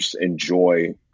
enjoy